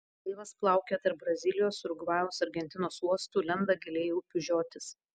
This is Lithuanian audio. laivas plaukioja tarp brazilijos urugvajaus argentinos uostų lenda giliai į upių žiotis